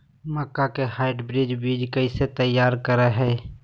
मक्का के हाइब्रिड बीज कैसे तैयार करय हैय?